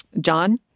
John